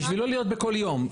בשביל לא להיות בכל יום,